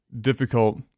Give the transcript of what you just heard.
difficult